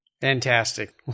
Fantastic